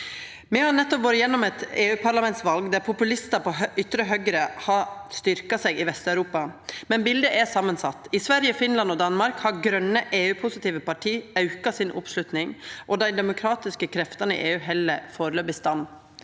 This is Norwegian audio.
Me har nettopp vore gjennom eit europaparlamentsval der populistar på den ytre høgresida har styrkt seg i Vest-Europa, men bildet er samansett. I Sverige, Finland og Danmark har grøne EU-positive parti auka oppslutninga si, og dei demokratiske kreftene i EU held foreløpig stand.